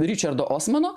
ričardo osmano